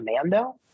Commando